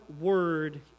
word